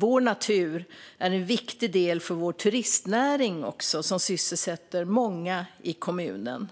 Vår natur är också viktig för vår turistnäring, som sysselsätter många i kommunen.